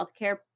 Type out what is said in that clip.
healthcare